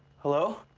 hello?